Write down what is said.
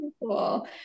cool